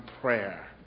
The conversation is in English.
prayer